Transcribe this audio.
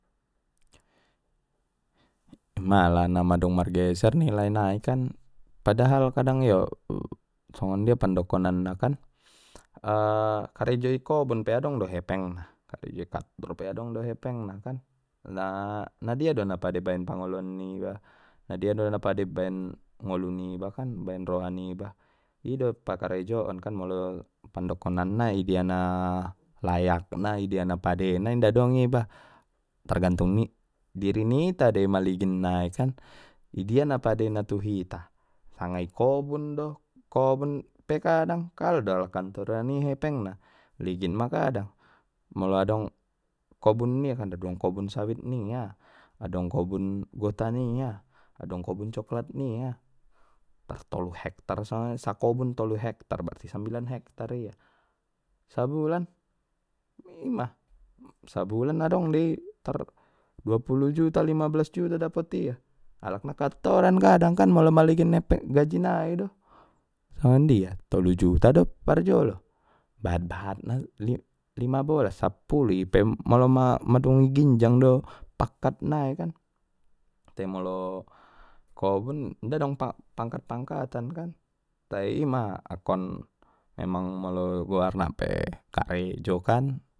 Mala na madung margeser nilai nai kan padahal kadang songonjia pandokonan na kan karejo i kobun pe adong do hepeng na karejo i kattor pe adong do hepengna kan na na dia do na pade baen pangoluan niba na dia do na pade baen ngolu niba kan baen roha niba i do parkarejoon kan molo pandokonan na idia na layakna idia na pade na inda dong iba targantung diri nita dei maligin na i kan idia na padena tu hita sanga i kobun do kobun pe kadang kalah do kantor an ni hepeng na ligin ma kadang molo adong kobun nia kan adong kobun sawit nia adong kobun gota nia adong kobun coklat nia tar tolu hektar sanga sakobun tolu hektar berarti sambilan hektar ia sabulan ima sabulan adong dei tar dua pulu juta lima belas juta dapot ia alak na kantoran kadang molo maligin epeng gaji nai do son dia tolu juta do parjolo baen bahatna lima bolas sapulu i pe molo ma madung i ginjang do pakkat nai tai molo kobun inda dong pa-pangkat pangkatan kan tai ima akkon memang molo goarna pe karejo kan.